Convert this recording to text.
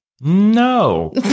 No